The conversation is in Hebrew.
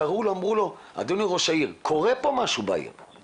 בכלל מה שקורה בערד והמקרה בו התכנסנו לדון אומר דרשני.